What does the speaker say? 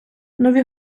нові